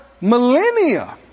millennia